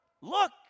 look